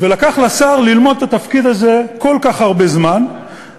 ולקח לשר ללמוד את התפקיד הזה כל כך הרבה זמן,